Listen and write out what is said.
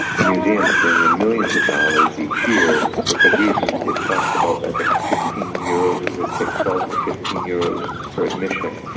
the museums bring in millions of dollars each year for good reasons it costs about, i think, fifteen euros is it? take twelve to fifteen euros for admission.